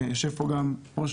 יושב פה גם יעקב, ראש